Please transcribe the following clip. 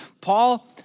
Paul